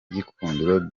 gikundiro